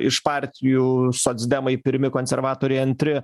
iš partijų socdemai pirmi konservatoriai antri